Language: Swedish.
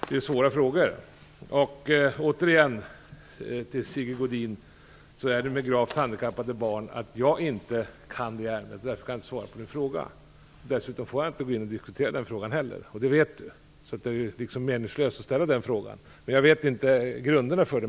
Det är svåra frågor. Återigen - jag vänder mig nu till Sigge Godin - är det så med handikappade barn så att jag inte kan det ärendet. Därför kan jag inte svara på din fråga. Dessutom får jag inte heller gå in och diskutera den frågan, och det vet Sigge Godin. Därför är det meningslöst att ställa den frågan. Jag vet inte grunderna för den.